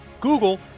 Google